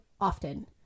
often